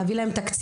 להביא להם תקציב,